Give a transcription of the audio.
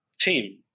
team